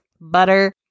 Butter